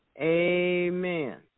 Amen